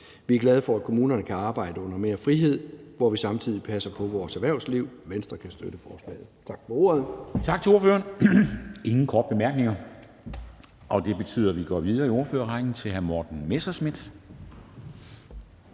Vi er glade for, at kommunerne kan arbejde under mere frihed, hvor vi samtidig passer på vores erhvervsliv. Venstre kan støtte forslaget. Tak for ordet. Kl. 10:10 Formanden (Henrik Dam Kristensen): Tak til ordføreren. Der er ingen korte bemærkninger, og det betyder, at vi går videre i ordførerrækken til hr. Morten Messerschmidt,